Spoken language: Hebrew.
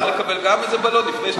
אפשר לקבל גם איזה בלון לפני שאתה מפוצץ?